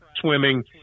swimming